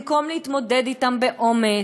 במקום להתמודד אתם באומץ,